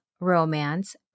romance